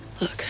Look